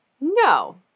No